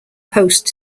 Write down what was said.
host